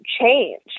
change